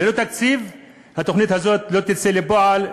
ללא תקצוב התוכנית הזאת לא תצא לפועל,